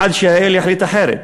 עד שהאל יחליט אחרת,